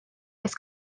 kes